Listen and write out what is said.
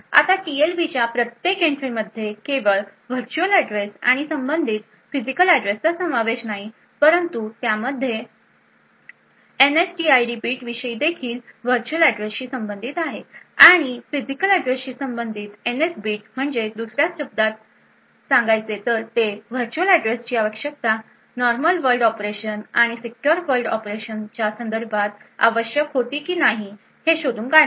आता टीएलबीच्या प्रत्येक एंट्रीमध्ये केवळ व्हर्च्युअल ऍड्रेस आणि संबंधित फिजिकल ऍड्रेसचा समावेश नाही परंतु त्यामध्ये एनएसटीआयडी बिटविषयी देखील व्हर्च्युअल ऍड्रेसशी संबंधित आहे आणि फिजिकल ऍड्रेसशी संबंधित एनएस बिट म्हणजेच दुसर्या शब्दांत ते वर्च्युअल ऍड्रेसची आवश्यकता नॉर्मल वर्ल्ड ऑपरेशन किंवा सीक्युर वर्ल्ड ऑपरेशनच्या संदर्भात आवश्यक होती की नाही हे शोधून काढेल